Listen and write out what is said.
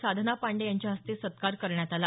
साधना पांडे यांच्या हस्ते सत्कार करण्यात आला